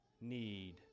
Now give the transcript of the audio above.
need